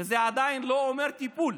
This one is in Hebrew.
וזה עדיין לא אומר טיפול.